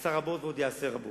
והוא עשה רבות ועוד יעשה רבות.